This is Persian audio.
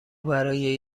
برای